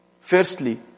Firstly